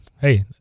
hey